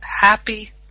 happy